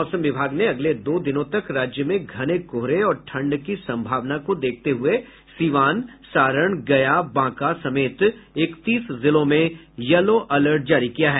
मौसम विभाग ने अगले दो दिनों तक राज्य में घने कोहरे और ठंड की सम्भावना को देखते हये सीवान सारण गया बांका समेत इकतीस जिलों में येलो अलर्ट जारी किया है